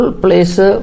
place